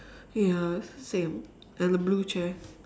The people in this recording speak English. ya it's the same and a blue chair